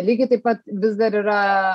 lygiai taip pat vis dar yra